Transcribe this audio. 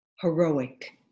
heroic